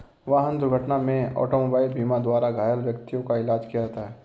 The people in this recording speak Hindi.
वाहन दुर्घटना में ऑटोमोबाइल बीमा द्वारा घायल व्यक्तियों का इलाज किया जाता है